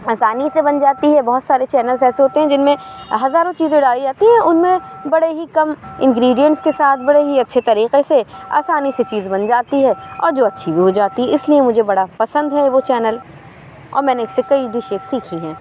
آسانی سے بن جاتی ہے بہت سارے چینلس ایسے ہوتے ہیں جن میں ہزاروں چیزیں ڈالی جاتی ہیں ان میں بڑے ہی کم انگریڈینس کے ساتھ بڑے ہی اچھے طریقے سے آسانی سے چیز بن جاتی ہے اور جو اچھی ہو جاتی ہے اس لیے مجھے بڑا پسند ہے وہ چینل اور میں نے اس سے کئی ڈشیں سیکھی ہیں